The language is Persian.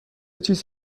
چیز